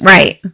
Right